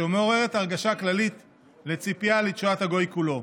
שמעוררת הרגשה כללית לציפייה לתשועת הגוי כולו".